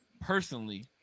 personally